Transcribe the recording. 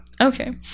okay